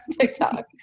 tiktok